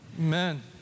Amen